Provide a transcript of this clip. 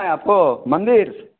आपको मंदिर